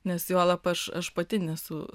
nes juolab aš aš pati nesu